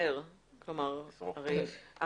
רשאי לקבוע הוראות לעניין ביעור המידע.